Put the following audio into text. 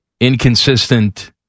inconsistent